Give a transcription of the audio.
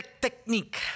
technique